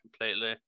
completely